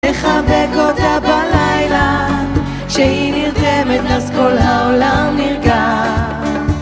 נחבק אותה בלילה כשהיא נרדמת אז כל העולם נרגע